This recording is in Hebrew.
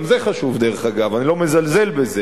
גם זה חשוב, דרך אגב, אני לא מזלזל בזה.